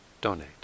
donate